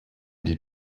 die